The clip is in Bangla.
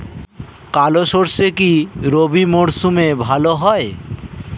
কালো সরষে কি রবি মরশুমে ভালো হয়?